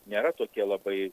nėra tokie labai